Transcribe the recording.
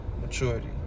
Maturity